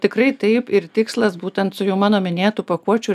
tikrai taip ir tikslas būtent su jau mano minėtų pakuočių